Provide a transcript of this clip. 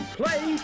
play